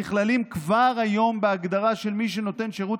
נכללים כבר היום בהגדרה של מי שנותן שירות